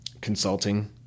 consulting